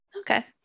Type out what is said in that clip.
Okay